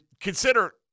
consider